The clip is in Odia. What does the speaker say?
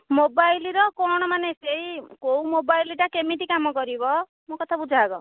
ମୋବାଇଲର କ'ଣ ମାନେ ସେହି କେଉଁ ମୋବାଇଲଟା କେମିତି କାମ କରିବ ମୋ କଥା ବୁଝ ଆଗ